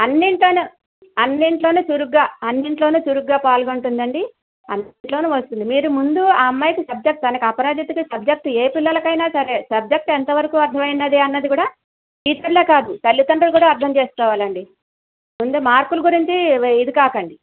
అన్నింట్లోనూ అన్నింట్లోనూ చురుగ్గా అన్నింట్లోనూ చురుగ్గా పాల్గొంటుందండి అన్నింట్లోనూ వస్తుంది మీరు ముందు ఆ అమ్మాయికి సబ్జెక్టు తనకి అపరాజితకి సబ్జెక్టు ఏ పిల్లలకైనా సరే సబ్జెక్టు ఎంతవరకు అర్థమైంది అనేది కూడా టీచర్లే కాదు తల్లిదండ్రులు కూడా అర్థం చేసుకోవాలండి ముందు మార్కులు గురించి ఇది కాకండి